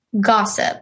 gossip